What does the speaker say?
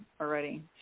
already